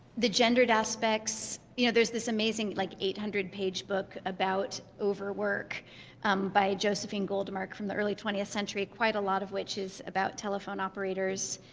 the gendered aspects you know there's this amazing, like eight hundred page book about overwork by josephine goldmark, from the early twentieth century, quite a lot of which is about telephone operators.